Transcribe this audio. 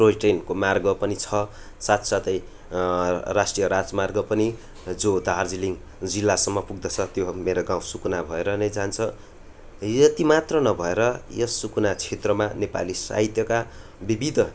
toy ट्रेनको मार्ग पनि छ साथसाथै राष्ट्रिय राजमार्ग पनि जो दार्जिलिङ जिल्लासम्म पुग्दछ त्यो मेरो गाउँ सुकुना भएर नै जान्छ यति मात्र नभएर यस सुकुना क्षेत्रमा नेपाली साहित्यका विविध